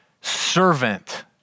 servant